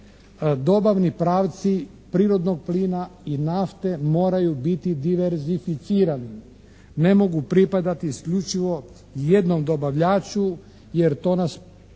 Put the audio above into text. Dobavni pravci prirodnog plina i nafte moraju biti diverzificirani. Ne mogu pripadati isključivo jednom dobavljaču jer to nas dovodi